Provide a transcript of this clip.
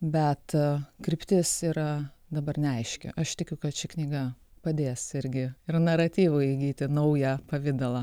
bet ta kryptis yra dabar neaiški aš tikiu kad ši knyga padės irgi ir naratyvu įgyti naują pavidalą